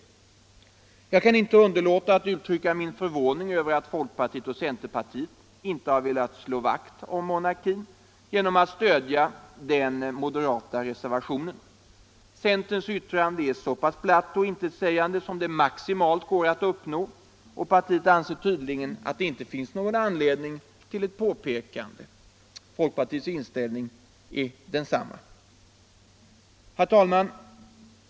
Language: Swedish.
tjänsteutövning Jag kan inte underlåta att uttrycka min förvåning över att folkpartiet — m.m. och centerpartiet inte velat slå vakt om monarkin genom att stödja den moderata reservationen. Centerns särskilda yttrande är så platt och in — Slopande av tetsägande som det maximalt går att uppnå, och partiet anser tydligen = beteckningen ställning är densamma. på statliga myndig Herr talman!